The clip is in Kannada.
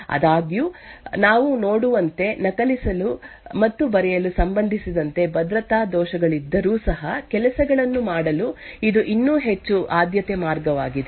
ಆದಾಗ್ಯೂ ನಾವು ನೋಡುವಂತೆ ನಕಲಿಸಲು ಮತ್ತು ಬರೆಯಲು ಸಂಬಂಧಿಸಿದಂತೆ ಭದ್ರತಾ ದೋಷಗಳಿದ್ದರೂ ಸಹ ಕೆಲಸಗಳನ್ನು ಮಾಡಲು ಇದು ಇನ್ನೂ ಹೆಚ್ಚು ಆದ್ಯತೆಯ ಮಾರ್ಗವಾಗಿದೆ